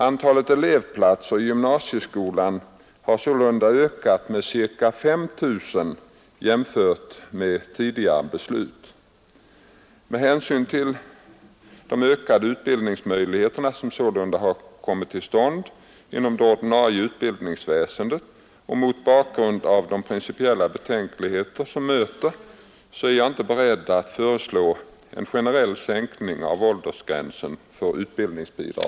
Antalet elevplatser i gymnasieskolan har sålunda ökat med ca 5 000 jämfört med tidigare beslut. Med hänsyn till de ökade utbildningsmöjligheter som sålunda har kommit till stånd inom det ordinarie utbildningsväsendet och mot bakgrund av de principiella betänkligheter som möter är jag inte beredd att föreslå en generell sänkning av åldersgränsen för utbildningsbidrag.